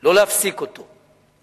לא להפסיק אותו,